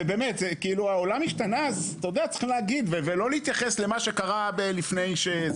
העולם השתנה אז צריך להגיד ולא להתייחס למה שקרה לפני.